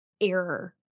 error